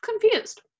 confused